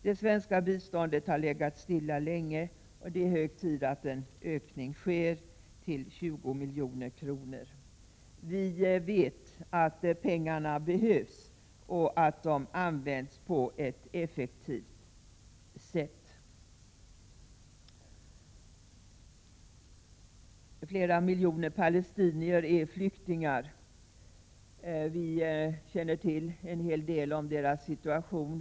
Det svenska biståndet har länge legat stilla, och det är nu hög tid att biståndet höjs till 20 milj.kr. Vi vet att pengarna behövs och att de används på ett effektivt sätt. Flera miljoner palestinier är flyktingar. Vi känner till en hel del om deras situation.